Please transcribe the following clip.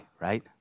right